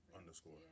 underscore